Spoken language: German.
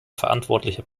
verantwortlicher